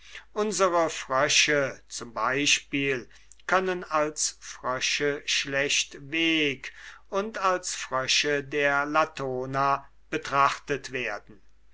unsere frösche zum exempel können als frösche schlechtweg und als frösche der latona betrachtet werden